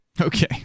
Okay